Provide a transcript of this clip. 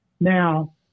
Now